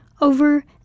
Over